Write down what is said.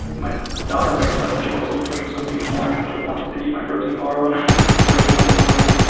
my daughter wakes up, and she wants to do pushups with me in the morning. and she wants to eat my protein bar when i'm waking up in the morning.